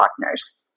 partners